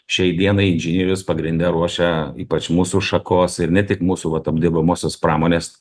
šiai dienai inžinierius pagrinde ruošia ypač mūsų šakos ir ne tik mūsų apdirbamosios pramonės